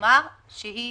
ותאמר שהיא